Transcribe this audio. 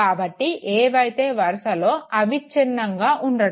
కాబట్టి ఏవైతే వరుసలో అవ్విచిన్నంగా ఉండడం